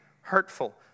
hurtful